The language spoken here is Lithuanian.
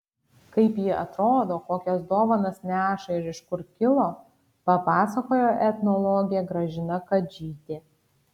kaip ji atrodo kokias dovanas neša ir iš kur kilo papasakojo etnologė gražina kadžytė